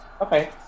Okay